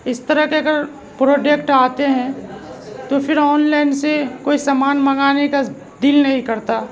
اس طرح کے اگر پروڈکٹ آتے ہیں تو پھر آن لائن سے کوئی سامان منگانے کا دل نہیں کرتا